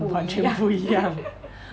完全不一样